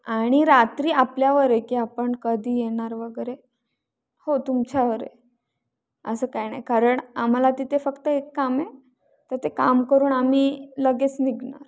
आणि रात्री आपल्यावर आहे की आपण कधी येणार वगैरे हो तुमच्यावर आहे असं काही नाही कारण आम्हाला तिथे फक्त एक काम आहे तर ते काम करून आम्ही लगेच निघणार